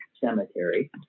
cemetery